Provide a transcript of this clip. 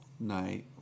night